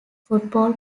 football